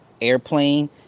airplane